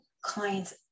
clients